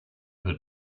had